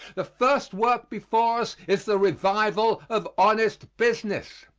the first work before us is the revival of honest business.